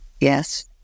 Yes